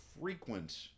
frequent